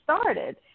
started